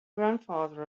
grandfather